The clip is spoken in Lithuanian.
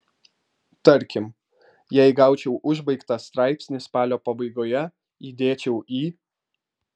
tarkim jei gaučiau užbaigtą straipsnį spalio pabaigoje įdėčiau į